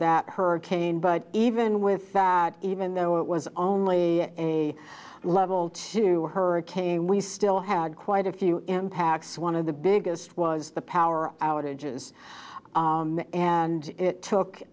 that hurricane but even with that even though it was only a level two hurricane we still had quite a few impacts one of the biggest was the power outages and it took